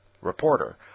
Reporter